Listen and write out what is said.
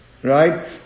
Right